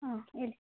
ಹಾಂ ಹೇಳಿ